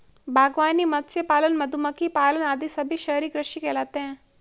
बागवानी, मत्स्य पालन, मधुमक्खी पालन आदि सभी शहरी कृषि कहलाते हैं